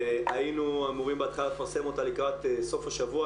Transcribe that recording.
היינו אמורים בהתחלה לפרסם אותה לקראת סוף השבוע,